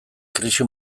krisi